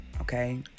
Okay